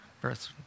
birth